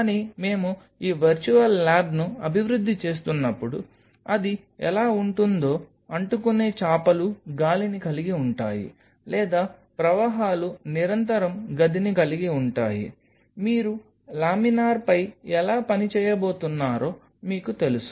కానీ మేము ఈ వర్చువల్ ల్యాబ్ను అభివృద్ధి చేస్తున్నప్పుడు అది ఎలా ఉంటుందో అంటుకునే చాపలు గాలిని కలిగి ఉంటాయి లేదా ప్రవాహాలు నిరంతరం గదిని కలిగి ఉంటాయి మీరు లామినార్పై ఎలా పని చేయబోతున్నారో మీకు తెలుసు